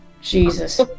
Jesus